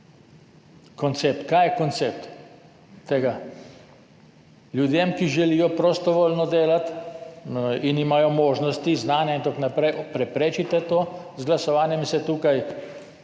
Koncept, kaj je koncept tega? Ljudem, ki želijo prostovoljno delati in imajo možnosti, znanja in tako naprej, to preprečite z glasovanjem in se tukaj